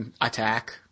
attack